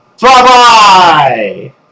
Bye-bye